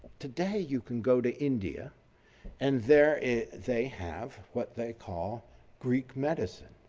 today you can go to india and there they have what they call greek medicine.